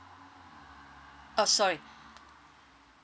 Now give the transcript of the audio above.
oh sorry